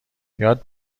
یاد